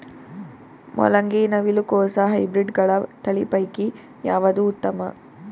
ಮೊಲಂಗಿ, ನವಿಲು ಕೊಸ ಹೈಬ್ರಿಡ್ಗಳ ತಳಿ ಪೈಕಿ ಯಾವದು ಉತ್ತಮ?